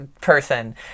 person